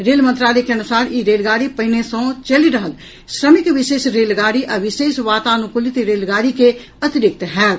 rail मंत्रालय के अनुसार ई रेलगाड़ी पहिने सँ चलि रहल श्रमिक विशेष रेलगाड़ी आ विशेष वातानुकूलित रेलगाड़ी के अतिरिक्त होयत